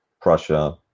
prussia